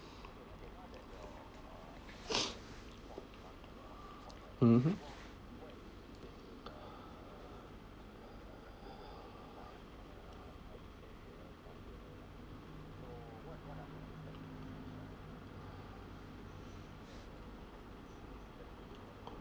mmhmm